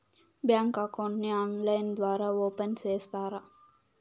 Bank account ని online ద్వారా open సేస్తారా?